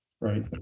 right